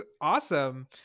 awesome